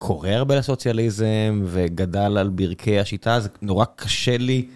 קורא הרבה על סוציאליזם וגדל על ברכי השיטה זה נורא קשה לי.